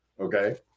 Okay